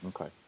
Okay